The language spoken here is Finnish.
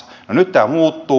no nyt tämä muuttuu